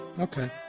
Okay